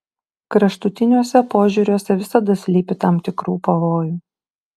kraštutiniuose požiūriuose visada slypi tam tikrų pavojų